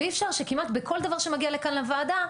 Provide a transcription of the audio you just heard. ואי אפשר שכמעט בכל דבר שמגיע לכאן לוועדה,